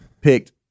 picked